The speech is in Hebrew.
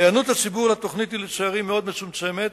היענות הציבור לתוכנית היא לצערי מאוד מצומצמת,